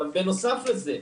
בנוסף לזה,